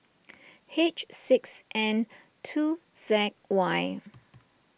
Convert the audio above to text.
H six N two Z Y